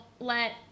let